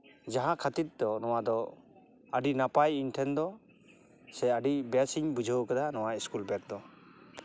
ᱡᱟᱦᱟᱸ ᱠᱷᱟᱹᱛᱤᱨ ᱛᱚ ᱱᱚᱣᱟ ᱫᱚ ᱟᱹᱰᱤ ᱱᱟᱯᱟᱭ ᱤᱧ ᱴᱷᱮᱱ ᱫᱚ ᱥᱮ ᱟᱹᱰᱤ ᱵᱮᱥ ᱤᱧ ᱵᱩᱡᱷᱟᱹᱣ ᱠᱟᱫᱟ ᱱᱚᱣᱟ ᱤᱥᱠᱩᱞ ᱵᱮᱜᱽ ᱫᱚ